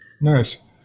Nice